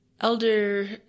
Elder